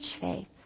faith